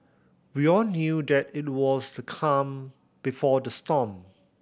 we all knew that it was the calm before the storm